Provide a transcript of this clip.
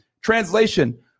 translation